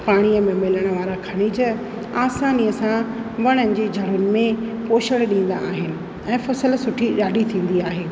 पाणीअ में मिलण वारा ख़नीज आसानीअ सां वणनि जी जड़ुनि में पोषण ॾींदा आहिनि ऐं फ़सुलु सुठी ॾाढी थींदी आहे